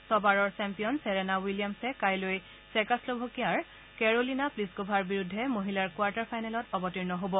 ছবাৰৰ champion Serena উইলিয়ামছে কাইলৈ চেকোশ্লোভাকিয়াৰ কেৰলিনা প্লিচকোভাৰ বিৰুদ্ধে মহিলাৰ কোৱাৰ্টাৰ ফাইনেলত অৱতীৰ্ণ হ'ব